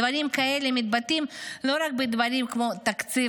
דברים כאלה מתבטאים לא רק בדברים כמו תקציב